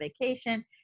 vacation